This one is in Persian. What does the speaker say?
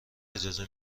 اجازه